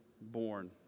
born